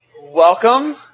Welcome